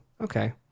okay